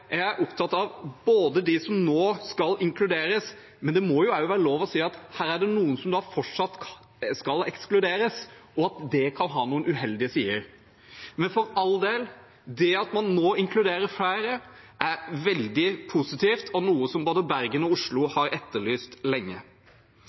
Jeg er opptatt av dem som nå skal inkluderes, men det må jo også være lov å si at her er det noen som fortsatt skal ekskluderes, og at det kan ha noen uheldige sider. Men for all del, det at man nå inkluderer flere, er veldig positivt, og noe som både Bergen og Oslo